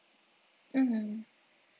mm